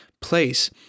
place